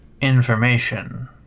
Information